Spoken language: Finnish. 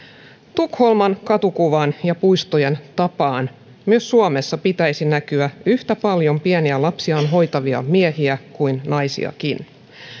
tukholman katukuvan ja puistojen tapaan myös suomessa pitäisi näkyä yhtä paljon pieniä lapsiaan hoitavia miehiä kuin naisiakin